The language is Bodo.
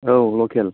औ लखेल